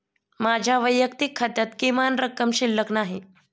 माझ्या वैयक्तिक खात्यात किमान रक्कम शिल्लक नाही